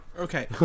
Okay